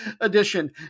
edition